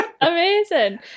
Amazing